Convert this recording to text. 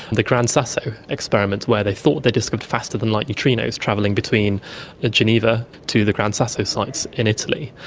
the gran sasso experiment where they thought they discovered faster-than-light neutrinos travelling between ah geneva to the gran sasso sites in italy.